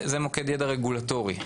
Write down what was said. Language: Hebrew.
זה מוקד ידע רגולטורי.